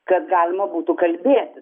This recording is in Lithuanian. kad galima būtų kalbėtis